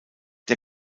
der